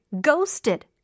ghosted